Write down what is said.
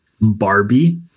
Barbie